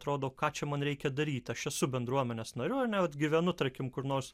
atrodo ką čia man reikia daryti aš esu bendruomenės nariu ar ne vat gyveno tarkim kur nors